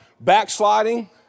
Backsliding